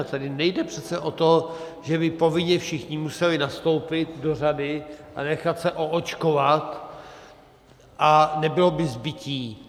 Tady nejde přece o to, že by povinně všichni museli nastoupit do řady a nechat se oočkovat a nebylo by zbytí.